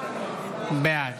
בעד